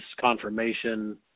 confirmation